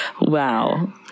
Wow